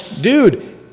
dude